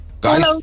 Guys